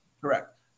Correct